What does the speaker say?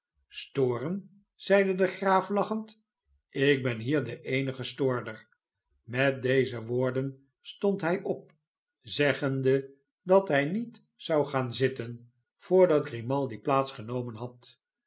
storen zeide degraaf lachend ik ben hier de eenige stoorder met deze woorden stond hij op zeggende dat hij niet zou gaan zitten voordat grimaldi plaats genomen had